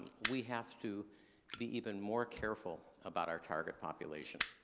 we have to be even more careful about our target population.